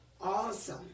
awesome